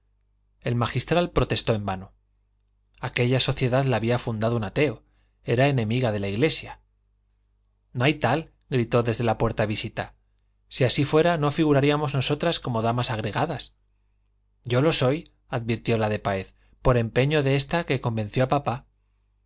el magistral protestó en vano aquella sociedad la había fundado un ateo era enemiga de la iglesia no hay tal gritó desde la puerta visita si así fuera no figuraríamos nosotras como damas agregadas yo lo soy advirtió la de páez por empeño de esta que convenció a papá